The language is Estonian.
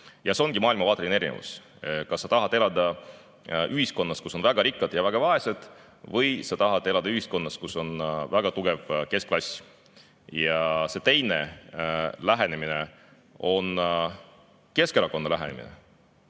Ja see ongi maailmavaateline erinevus: kas sa tahad elada ühiskonnas, kus on väga rikkad ja väga vaesed, või sa tahad elada ühiskonnas, kus on väga tugev keskklass? See teine lähenemine on Keskerakonna lähenemine,